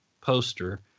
poster